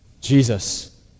Jesus